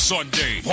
Sunday